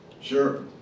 Sure